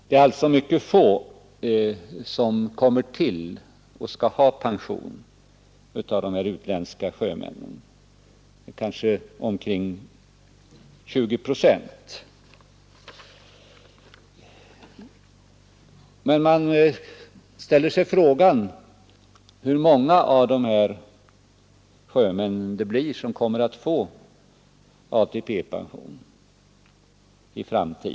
Det är alltså mycket få utländska sjömän som kommer att få pension, kanske omkring 20 procent av hela antalet.